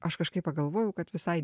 aš kažkaip pagalvojau kad visai